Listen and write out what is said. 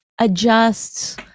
adjusts